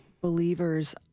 believers